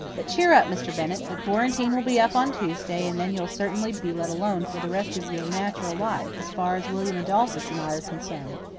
but cheer up, mr. bennett. the quarantine will be up on tuesday and then you'll certainly be let alone for the rest of your natural life, as far as william adolphus and i are concerned.